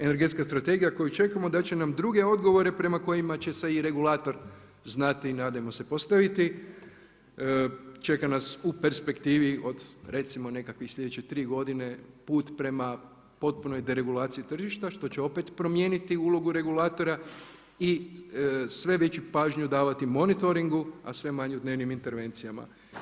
Energetska strategija koju čekamo dati će nam druge odgovore prema kojima će se i regulator znati i nadajmo se postaviti, čeka nas u perspektivi od recimo nekakve sljedeće 3 godine, put prema potpunoj deregulaciji tržišta što će opet promijeniti ulogu regulatora i sve veću pažnju davati monitoringu a sve manju dnevnim intervencijama.